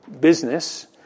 business